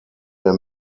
der